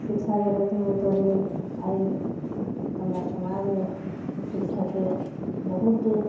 शिक्षा जगतमे उतरली आइ हमरा समाजमे शिक्षाके बहुत